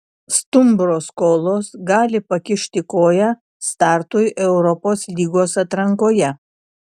stumbro skolos gali pakišti koją startui europos lygos atrankoje